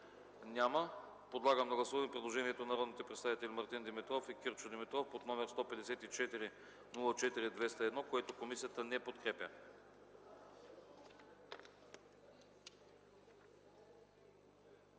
Няма. Подлагам на гласуване предложението на народните представители Мартин Димитров и Кирчо Димитров под № 154 04 201, което комисията не подкрепя.